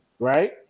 Right